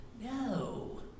No